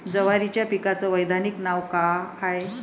जवारीच्या पिकाचं वैधानिक नाव का हाये?